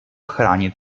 chránit